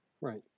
right